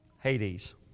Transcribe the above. Hades